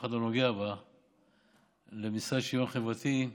אחד לא נוגע בה למשרד לשוויון חברתי.